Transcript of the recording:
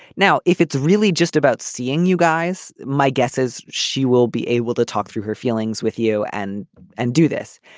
now, if it's really just about seeing you guys. my guess is she will be able to talk through her feelings with you and and do this.